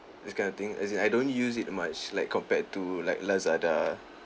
this kind of thing as in I don't use it much like compared to like Lazada